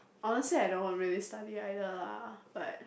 honestly I don't really study either lah but